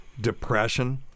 depression